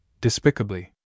despicably